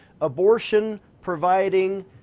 abortion-providing